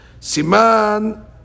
Siman